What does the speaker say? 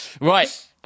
Right